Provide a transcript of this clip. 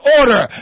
order